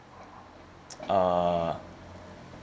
uh